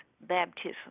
Baptism